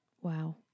wow